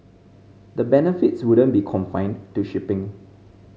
the benefits wouldn't be confined to shipping